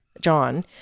John